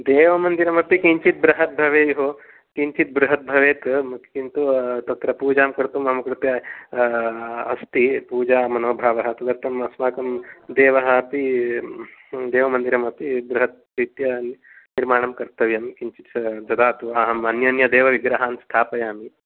देवमन्दिरमपि किञ्चित् बृहद्भवेयुः किञ्चित् बृहद्भवेत् किन्तु तत्र पूजां कर्तुं मम कृते अस्ति पूजामनोभावः तदर्थम् अस्माकं देवः अपि देवमन्दिरमपि बृहद्रीत्या निर्माणं कर्तव्यं किञ्चित् ददातु अहं अन्यान्यदेवविग्रहान् स्थापयामि